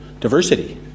diversity